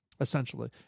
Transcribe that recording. essentially